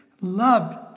loved